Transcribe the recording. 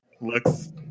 looks